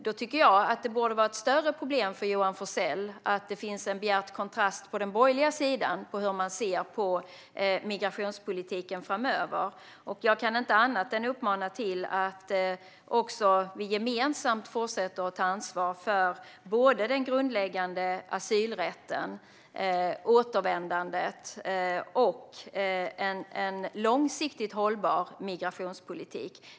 Jag tycker att det borde vara ett större problem för Johan Forssell att det finns en bjärt kontrast på den borgerliga sidan i fråga om hur man ser på migrationspolitiken framöver. Jag kan inte annat än uppmana till att vi gemensamt fortsätter att ta ansvar för såväl den grundläggande asylrätten och återvändandet som en långsiktigt hållbar migrationspolitik.